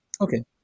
Okay